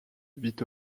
vit